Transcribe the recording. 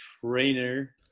trainer